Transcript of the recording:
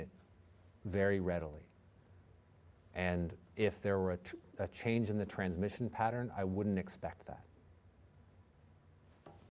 it very readily and if there were a change in the transmission pattern i wouldn't expect that